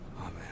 Amen